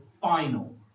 final